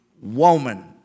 woman